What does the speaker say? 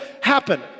happen